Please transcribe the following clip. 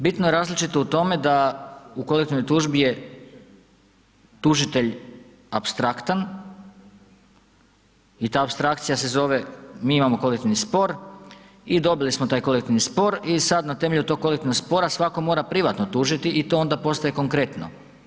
Bitno je različito u tome da u kolektivnoj tužbi je tužitelj apstraktan i ta apstrakcija se zove mi imamo kolektivni spor i dobili smo taj kolektivni spor i sada na temelju tog kolektivnog spora svatko mora privatno tužiti i to ona postaje konkretno.